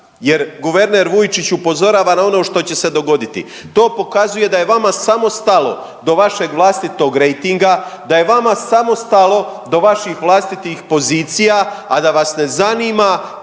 jer guverner Vujčić upozorava na ono što će se dogoditi. To pokazuje da je vama samo stalo do vašeg vlastitog rejtinga, da je vama samo stalo do vaših vlastitih pozicija, a da vas ne zanima